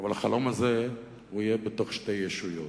אבל החלום הזה יהיה בתוך שתי ישויות.